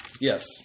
Yes